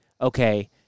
okay